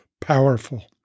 powerful